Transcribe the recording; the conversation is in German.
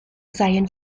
seien